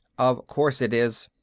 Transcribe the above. of course it is,